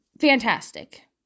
Fantastic